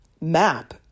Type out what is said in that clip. map